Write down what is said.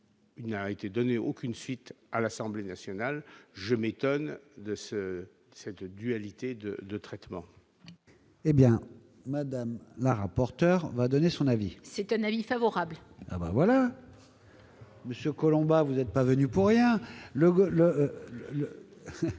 Il n'y a été donné aucune suite à l'Assemblée nationale, je m'étonne de ce cette dualité de de traitement. Eh bien, madame la rapporteure va donner son avis. C'est un avis favorable. Ben voilà monsieur Colomba vous êtes pas venue pour rien